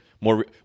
More